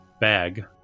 bag